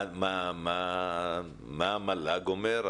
מה המל"ג אומר?